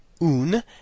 un